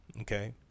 Okay